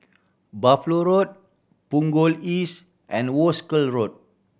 Buffalo Road Punggol East and Wolskel Road